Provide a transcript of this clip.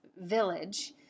village